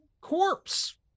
corpse